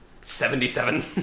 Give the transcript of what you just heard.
Seventy-seven